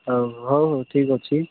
ହଉ ହଉ ହଉ ଠିକ୍ ଅଛି